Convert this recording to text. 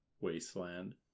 wasteland